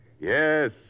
Yes